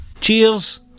Cheers